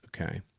Okay